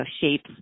shapes